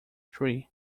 three